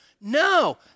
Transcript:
No